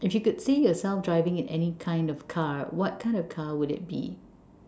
if you could see yourself driving in any kind of car what kind of car would it be